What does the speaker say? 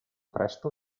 presto